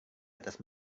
atas